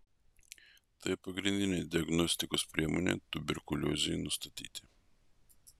tai pagrindinė diagnostikos priemonė tuberkuliozei nustatyti